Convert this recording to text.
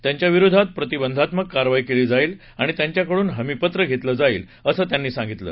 त्यांच्याविरोधात प्रतिबंधात्मक कारवाई केली जाईल आणि त्यांच्याकडून हमीपत्र घेतले जाईल असं त्यांनी सांगितलं